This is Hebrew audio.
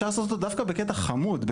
אפשר לעשות אותו דווקא בקטע חמוד,